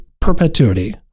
perpetuity